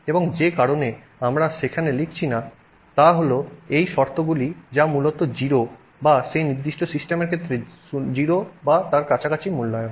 এবং যে কারণে আমরা সেখানে লিখছি না তা হল এই শর্তগুলি যা মূলত 0 বা সেই নির্দিষ্ট সিস্টেমের ক্ষেত্রে 0 বা তার কাছাকাছি মূল্যায়ন